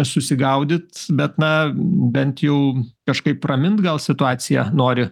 susigaudyt bet na bent jau kažkaip ramint gal situaciją nori